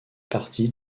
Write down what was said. partie